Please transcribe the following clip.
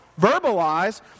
verbalize